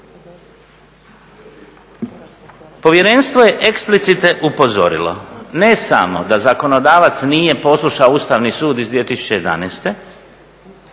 Povjerenstvo je eksplicite upozorilo, ne samo da zakonodavac nije poslušao Ustavni sud iz 2011.nego